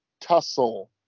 Tussle